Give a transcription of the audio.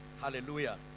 Hallelujah